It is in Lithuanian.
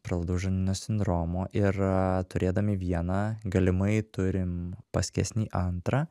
pralaidaus žarnyno sindromo ir turėdami vieną galimai turim paskesnį antrą